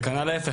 וכנ"ל ההיפך,